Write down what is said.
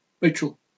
Rachel